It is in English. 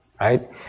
right